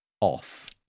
off